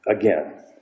again